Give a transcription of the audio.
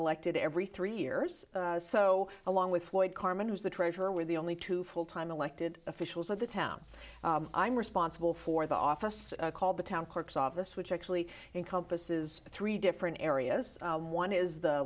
elected every three years so along with lloyd carmine who's the treasurer we're the only two full time elected officials of the town i'm responsible for the office called the town courts office which actually in compass is three different areas one is the